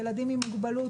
ילדים עם מוגבלות,